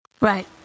Right